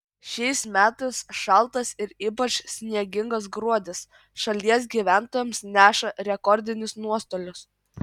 šiais metais šaltas ir ypač sniegingas gruodis šalies gyventojams neša rekordinius nuostolius